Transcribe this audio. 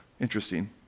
Interesting